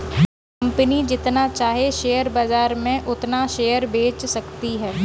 एक कंपनी जितना चाहे शेयर बाजार में उतना शेयर बेच सकती है